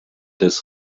des